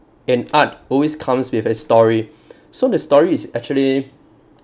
in art always comes with a story so the story is actually